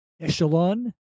Echelon